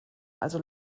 also